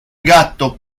gatto